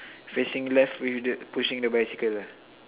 facing left with the pushing the bicycle ah